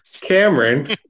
Cameron